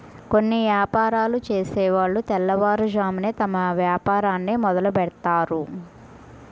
కొన్ని యాపారాలు చేసేవాళ్ళు తెల్లవారుజామునే తమ వ్యాపారాన్ని మొదలుబెడ్తారు